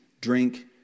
drink